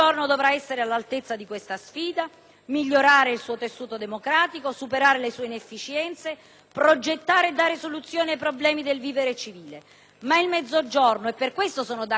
migliorare il suo tessuto democratico, superare le sue inefficienze, progettare e dare soluzione ai problemi del vivere civile - e per questo sono d'accordo sulle misure previste